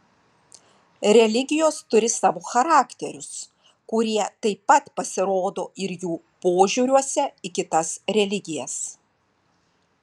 religijos turi savo charakterius kurie taip pat pasirodo ir jų požiūriuose į kitas religijas